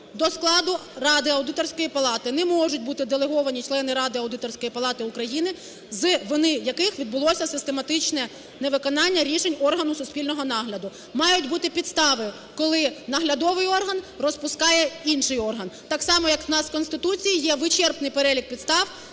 до складу ради Аудиторської палати не можуть бути делеговані члени ради Аудиторської палати України, з вини яких відбулося систематичне невиконання рішень органу суспільного нагляду. Мають бути підстави, коли наглядовий орган розпускає інший орган. Так само, як у нас в Конституції є вичерпний перелік підстав,